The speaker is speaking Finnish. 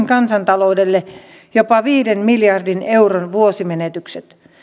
kansantaloudelle jopa viiden miljardin euron vuosimenetykset